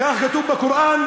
כך כתוב בקוראן,